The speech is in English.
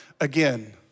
again